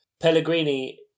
Pellegrini